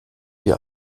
wir